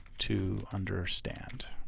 to understand.